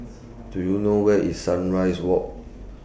Do YOU know Where IS Sunrise Walk